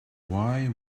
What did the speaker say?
why